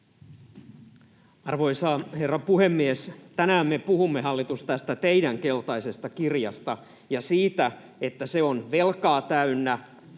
Arvoisa herra puhemies! Tänään me puhumme, hallitus, tästä teidän keltaisesta kirjastanne ja siitä, että se on velkaa täynnä,